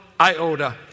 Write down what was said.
iota